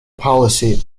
policy